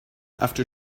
after